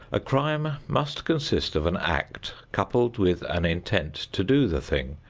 a crime must consist of an act coupled with an intent to do the thing,